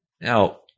Now